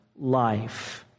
life